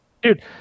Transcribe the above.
Dude